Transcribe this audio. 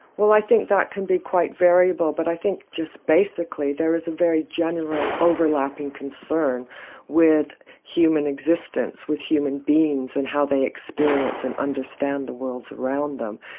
well i think that can be quite variable, but i think just basically there is a very genuine overlapping concern with human existence, with human beings, and how they experience and understand the worlds around them.